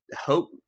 hope